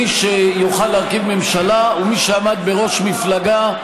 מי שיוכל להרכיב ממשלה הוא מי שעמד בראש מפלגה,